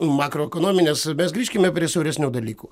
makroekonominės mes grįžkime prie siauresnių dalykų